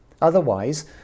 Otherwise